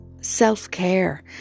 self-care